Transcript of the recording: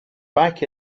back